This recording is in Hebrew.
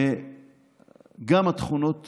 גם התכונות